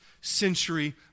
century